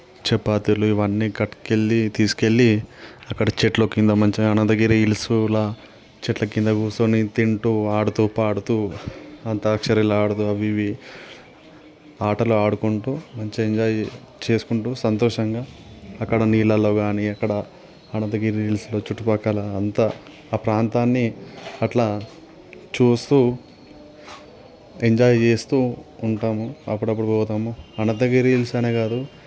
చపాతీలు ఇవన్నీ కట్టుకెళ్ళి తీసుకెళ్ళి అక్కడ చెట్ల క్రింద మంచిగా అనంతగిరి హిల్స్ల చెట్ల క్రింద కూర్చొని తింటూ ఆడుతూ పాడుతూ అంత్యాక్షరి ఆడుతూ అవి ఇవి ఆటలు ఆడుకుంటూ మంచిగా ఎంజాయ్ చేసు చేసుకుంటూ సంతోషంగా అక్కడ నీళ్ళలో కానీ అక్కడ అనంతగిరి హిల్స్లో చుట్టుప్రక్కల అంతా ఆ ప్రాంతాన్ని అట్లా చూస్తూ ఎంజాయ్ చేస్తూ ఉంటాము అప్పుడప్పుడు పోతాము అనంతగిరి హిల్స్ అనే కాదు